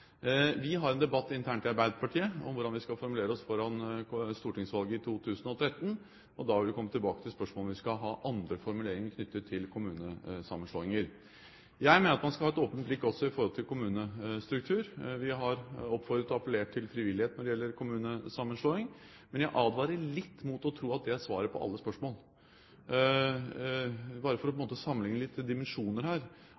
Vi har en debatt internt i Arbeiderpartiet om hvordan vi skal formulere oss foran stortingsvalget i 2013, og da vil vi komme tilbake til spørsmålet om vi skal ha andre formuleringer knyttet til kommunesammenslåinger. Jeg mener at man skal ha et åpent blikk også i forhold til kommunestruktur. Vi har oppfordret og appellert til frivillighet når det gjelder kommunesammenslåing, men jeg advarer litt mot å tro at det er svaret på alle spørsmål. Bare for å sammenlikne litt dimensjoner her: